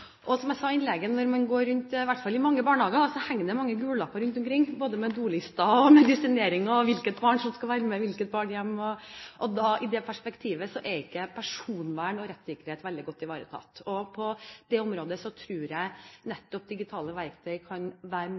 Høyre. Som jeg sa i innlegget mitt, når man går rundt i mange barnehager, henger det mange gule lapper rundt omkring, både med dolister, medisinering, og hvilket barn som skal være med hvilket barn hjem. I det perspektivet er ikke personvern og rettssikkerhet veldig godt ivaretatt. På det området tror jeg nettopp digitale verktøy rett og slett kan være